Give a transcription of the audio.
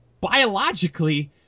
biologically